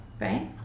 right